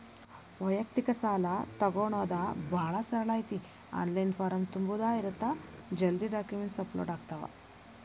ವ್ಯಯಕ್ತಿಕ ಸಾಲಾ ತೊಗೋಣೊದ ಭಾಳ ಸರಳ ಐತಿ ಆನ್ಲೈನ್ ಫಾರಂ ತುಂಬುದ ಇರತ್ತ ಜಲ್ದಿ ಡಾಕ್ಯುಮೆಂಟ್ಸ್ ಅಪ್ಲೋಡ್ ಆಗ್ತಾವ